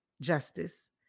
justice